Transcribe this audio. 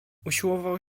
usiłował